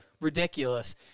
ridiculous